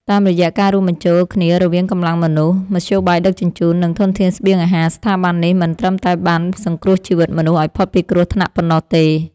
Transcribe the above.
តាមរយៈការរួមបញ្ចូលគ្នារវាងកម្លាំងមនុស្ស មធ្យោបាយដឹកជញ្ជូន និងធនធានស្បៀងអាហារ ស្ថាប័ននេះមិនត្រឹមតែបានសង្គ្រោះជីវិតមនុស្សឱ្យផុតពីគ្រោះថ្នាក់ប៉ុណ្ណោះទេ។